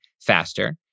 faster